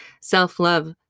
self-love